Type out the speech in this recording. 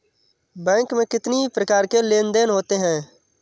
Bank में कितनी प्रकार के लेन देन देन होते हैं?